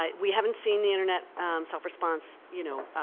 um we haven't seen the internet self response, you know,